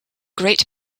great